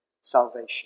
salvation